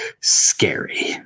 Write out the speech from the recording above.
scary